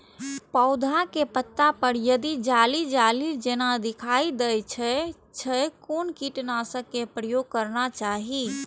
पोधा के पत्ता पर यदि जाली जाली जेना दिखाई दै छै छै कोन कीटनाशक के प्रयोग करना चाही?